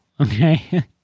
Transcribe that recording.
Okay